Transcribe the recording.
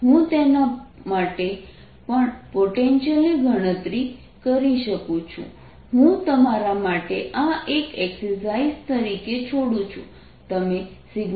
હું તેના માટે પણ પોટેન્શિયલ ની ગણતરી કરી શકું હું તમારા માટે આ એક એક્સર્સાઇઝ તરીકે છોડું છું